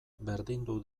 berdindu